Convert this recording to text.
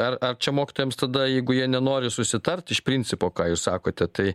ar ar čia mokytojams tada jeigu jie nenori susitart iš principo ką jūs sakote tai